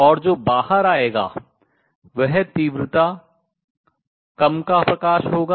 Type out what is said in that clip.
और जो बाहर आएगा वह कम तीव्रता का प्रकाश होगा